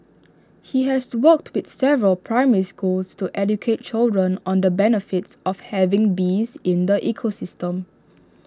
he has worked with several primary schools to educate children on the benefits of having bees in the ecosystem